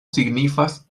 signifas